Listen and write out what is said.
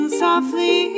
softly